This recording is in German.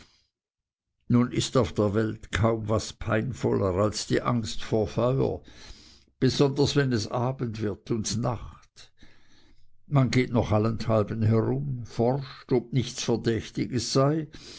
nun ist auf der welt kaum was peinvoller als die angst vor feuer besonders wenn es abend wird und nacht man geht noch allenthalben herum und forscht ob nichts verdächtiges sei